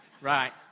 Right